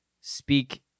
speak